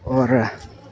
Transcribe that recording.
اور